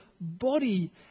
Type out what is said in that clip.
body